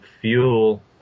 fuel